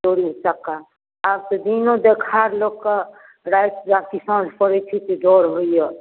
चोर ऊचक्का आब तऽ दिनो देखार लोक कऽ राति या की साँझ पड़ैत छै कि डर होइया